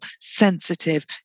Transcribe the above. sensitive